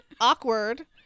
awkward